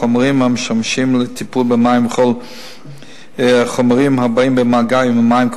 החומרים המשמשים לטיפול במים וכל החומרים הבאים במגע עם המים,